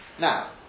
Now